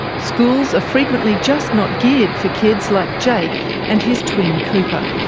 schools are frequently just not geared for kids like jake and his twin cooper.